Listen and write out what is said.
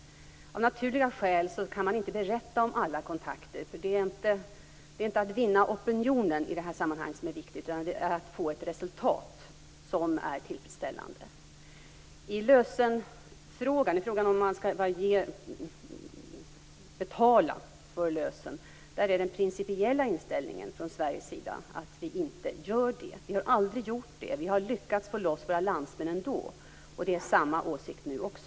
Av naturliga skäl kan man inte berätta om alla kontakter. Det är inte att vinna opinionen som är viktigt i det här sammanhanget utan att få ett resultat som är tillfredsställande. I frågan om man skall betala lösen är den principiella inställningen från Sveriges sida att vi inte gör det. Vi har aldrig gjort det. Vi har lyckats få loss våra landsmän ändå. Det är samma åsikt nu också.